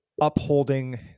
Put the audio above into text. upholding